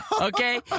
Okay